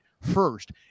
first